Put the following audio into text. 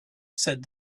said